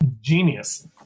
genius